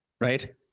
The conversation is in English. right